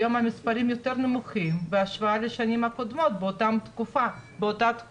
היום המספרים יותר נמוכים בהשוואה לשנים הקודמות באותה תקופה.